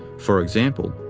for example,